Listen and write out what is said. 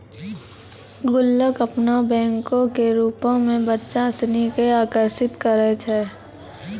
गुल्लक अपनो बैंको के रुपो मे बच्चा सिनी के आकर्षित करै छै